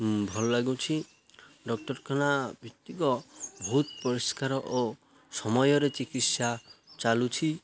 ଭଲ ଲାଗୁଛି ଡ଼କ୍ଟର୍ଖାନା ଭିତ୍ତିକ ବହୁତ ପରିଷ୍କାର ଓ ସମୟରେ ଚିକିତ୍ସା ଚାଲୁଛି